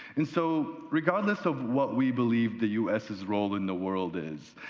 and, so, regardless of what we believe the u s. s role in the world is,